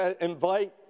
invite